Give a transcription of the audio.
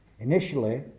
Initially